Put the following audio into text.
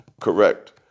correct